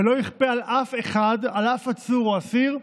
ולא ייכפה על אף אחד, על אף עצור או אסיר,